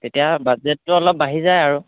তেতিয়া বাজেটটো অলপ বাঢ়ি যায় আৰু